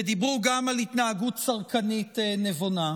ודיברו גם על התנהגות צרכנית נבונה.